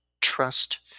trust